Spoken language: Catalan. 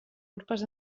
urpes